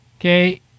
Okay